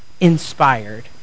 inspired